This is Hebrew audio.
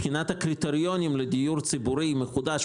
בבחינת הקריטריונים לדיור ציבורי מחודש,